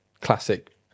classic